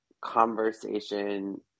conversation